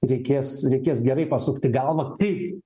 reikės reikės gerai pasukti galvą kaip